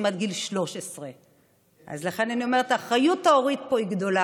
עד גיל 13. אז לכן אני אומרת שהאחריות ההורית פה היא גדולה.